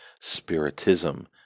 Spiritism